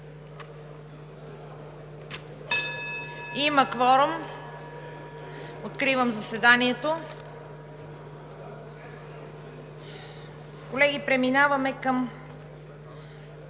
Има кворум, откривам заседанието. Колеги, преминаваме към